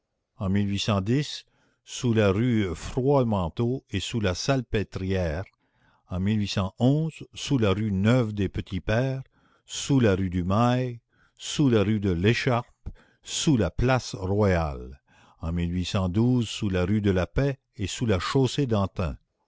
en sous la rue froidmanteau et sous la salpêtrière en sous la rue neuve des petits pères sous la rue du mail sous la rue de l'écharpe sous la place royale en sous la rue de la paix et sous la chaussée d'antin